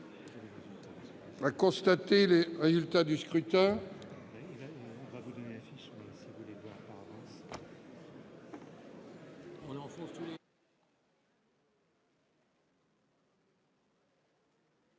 à constater le résultat du scrutin.